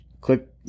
click